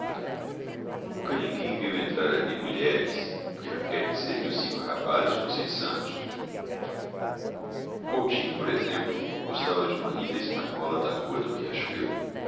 nunca ninguém viu entrar ali mulheres o que não quer dizer que os cinco rapazes fossem santos o coutinho por exemplo gostava de uma linda espanhola da rua do riachuelo